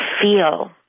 feel